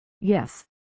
Yes